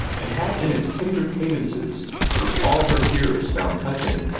and had in it tender cadences which all her hearers found touching.